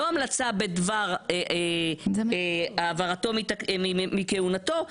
לא המלצה בדבר העברתו מכהונתו,